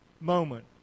moment